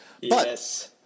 Yes